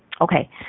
Okay